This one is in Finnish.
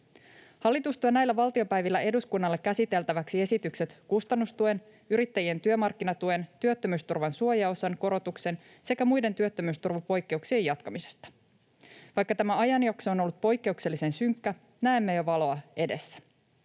Hallitus tuo näillä valtiopäivillä eduskunnalle käsiteltäväksi esitykset kustannustuen, yrittäjien työmarkkinatuen, työttömyysturvan suojaosan korotuksen sekä muiden työttömyysturvapoikkeuksien jatkamisesta. Vaikka tämä ajanjakso on ollut poikkeuksellisen synkkä, näemme jo valoa edessä.